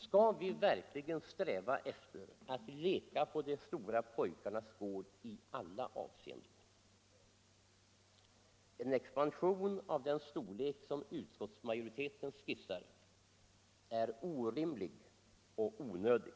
Skall vi verkligen sträva efter att leka på de stora pojkarnas gård i alla avseenden? En expansion av den storlek som utskottsmajoriteten skisserar är orimlig och onödig.